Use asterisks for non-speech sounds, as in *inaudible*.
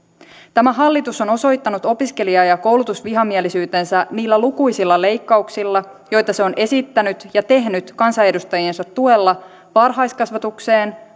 tämä hallitus on osoittanut opiskelija ja koulutusvihamielisyytensä niillä lukuisilla leikkauksilla joita se on esittänyt ja tehnyt kansanedustajiensa tuella varhaiskasvatukseen *unintelligible*